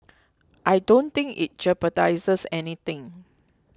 I don't think it jeopardises anything